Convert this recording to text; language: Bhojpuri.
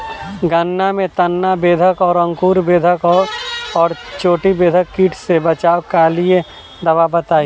गन्ना में तना बेधक और अंकुर बेधक और चोटी बेधक कीट से बचाव कालिए दवा बताई?